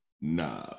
Nah